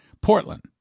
Portland